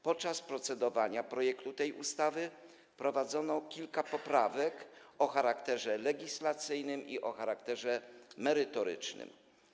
Podczas procedowania projektu tej ustawy wprowadzono kilka poprawek o charakterze legislacyjnym i merytorycznym.